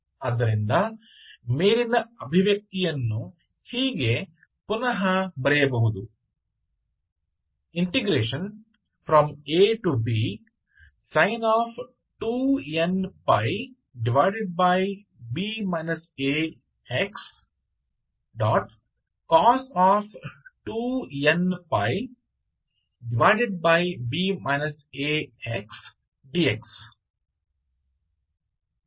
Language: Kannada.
ಆದ್ದರಿಂದ ಮೇಲಿನ ಅಭಿವ್ಯಕ್ತಿಯನ್ನು ಹೀಗೆ ಪುನಃ ಬರೆಯಬಹುದು absin 2nπb a x